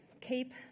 keep